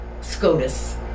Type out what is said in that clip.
SCOTUS